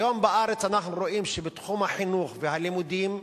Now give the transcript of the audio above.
היום בארץ אנחנו רואים שבתחום החינוך והלימודים,